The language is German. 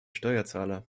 steuerzahler